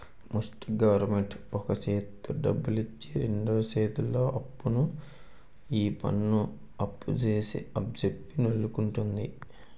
ముస్టి గవరమెంటు ఒక సేత్తో డబ్బులిచ్చి రెండు సేతుల్తో ఆపన్ను ఈపన్ను అంజెప్పి నొల్లుకుంటంది